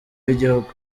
w’igihugu